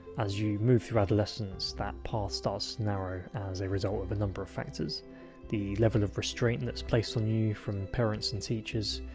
as you move through adolescence, that path starts to narrow, as a result of a number of factors the level of restraint and that's placed on you from parents and teachers,